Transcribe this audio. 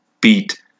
beat